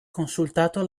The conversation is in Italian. consultato